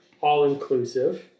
all-inclusive